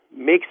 makes